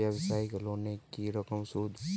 ব্যবসায়িক লোনে কি রকম সুদ?